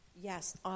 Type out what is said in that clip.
Yes